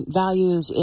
values